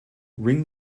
ring